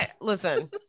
Listen